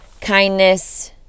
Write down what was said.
kindness